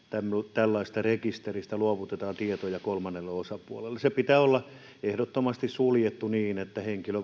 tällaisesta rekisteristä luovutetaan tietoja kolmannelle osapuolelle sen pitää olla ehdottomasti suljettu niin että henkilö